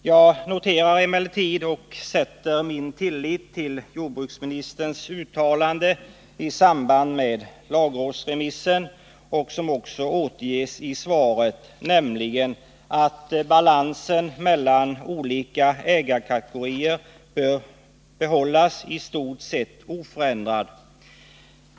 Jag noterar emellertid och sätter min lit till de uttalanden som jordbruksministern har gjort i samband med lagrådsremissen och som också återges i svaret, nämligen att balansen mellan olika ägarkategorier bör behållas i stort sett oförändrad.